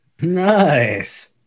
Nice